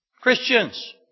Christians